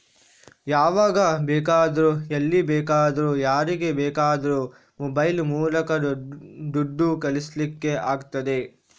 ಯಾವಾಗ ಬೇಕಾದ್ರೂ ಎಲ್ಲಿ ಬೇಕಾದ್ರೂ ಯಾರಿಗೆ ಬೇಕಾದ್ರೂ ಮೊಬೈಲ್ ಮೂಲಕ ದುಡ್ಡು ಕಳಿಸ್ಲಿಕ್ಕೆ ಆಗ್ತದೆ